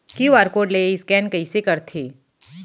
QR code ले scan कइसे करथे?